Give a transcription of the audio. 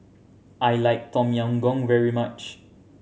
I like Tom Yam Goong very much